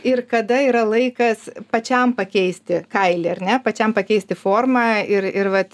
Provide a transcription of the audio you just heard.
ir kada yra laikas pačiam pakeisti kailį ar ne pačiam pakeisti formą ir ir vat